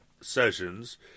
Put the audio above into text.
Sessions